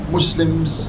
Muslims